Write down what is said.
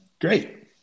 great